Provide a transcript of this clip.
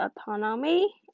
autonomy